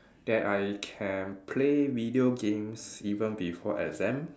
that I can play video games even before exam